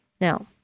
Now